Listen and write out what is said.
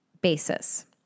basis